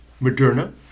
moderna